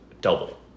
double